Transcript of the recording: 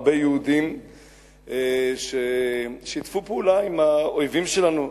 הרבה יהודים ששיתפו פעולה עם האויבים שלנו.